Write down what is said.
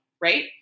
right